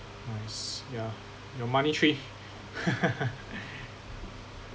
I see yeah your MoneyTree